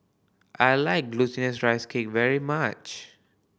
I like Glutinous Rice Cake very much